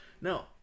Now